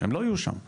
הם לא יהיו שם.